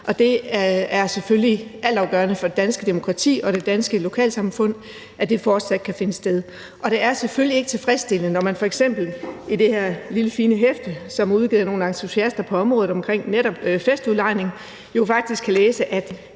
Det er selvfølgelig altafgørende for det danske demokrati og de danske lokalsamfund, at det fortsat kan finde sted, og det er selvfølgelig ikke tilfredsstillende, når man f.eks. i det her lille fine hæfte om festudlejning, som er udgivet af nogle entusiaster på området, jo faktisk kan læse, at